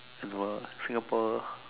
I don't know lah Singapore